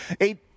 Eight